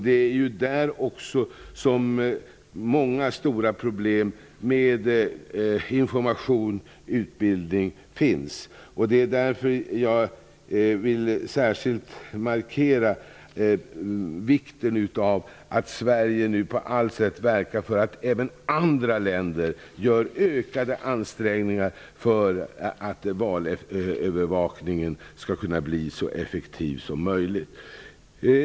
Där finns det många stora problem med information och utbildning, och det är därför jag vill särskilt markera vikten av att Sverige nu på allt sätt verkar för att även andra länder gör ökade ansträngningar för att valövervakningen skall kunna bli så effektiv som möjligt.